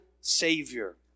Savior